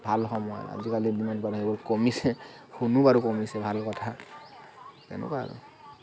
ভাল সময় আজিকালি দিনত বাৰু সেইবোৰ কমিছে শুনোঁ বাৰু কমিছে ভাল কথা তেনেকুৱা আৰু